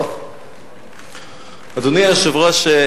אדוני היושב-ראש,